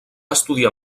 estudiar